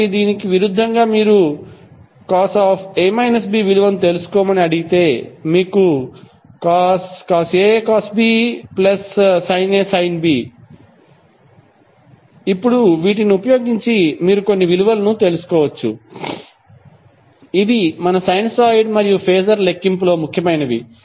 కాబట్టి దీనికి విరుద్ధంగా మీరు cos విలువను తెలుసుకోమని అడిగితే మీకు cos A cosB sinA sin B ఇప్పుడు వీటిని ఉపయోగించి మీరు కొన్ని విలువలను తెలుసుకోవచ్చు ఇవి మన సైనూసోయిడ్ మరియు ఫేజర్ లెక్కింపులో ముఖ్యమైనవి